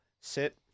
sit